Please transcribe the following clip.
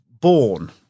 born